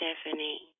Stephanie